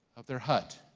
of their hut.